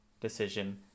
decision